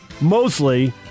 mostly